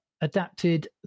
adapted